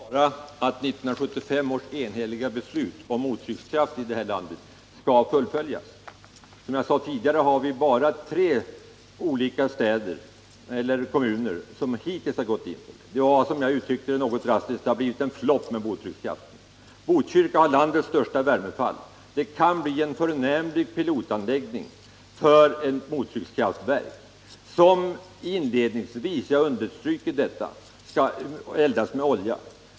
Herr talman! Jag vill bara att 1975 års enhälliga beslut om mottryckskraft i det här landet skall fullföljas. Som jag sade tidigare har bara tre olika kommuner hittills gått in för det. Mottryckskraften har, som jag något drastiskt uttryckte det, blivit en flopp. Botkyrka har landets största värmefall. Det kan bli en förnämlig pilotanläggning för ett mottryckskraftverk som inledningsvis — jag understryker detta — skall eldas med olja.